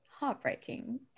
heartbreaking